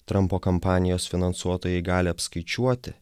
trumpo kampanijos finansuotojai gali apskaičiuoti